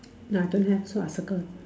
nah don't have so I circle